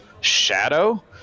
shadow